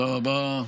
תודה רבה.